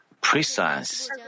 precise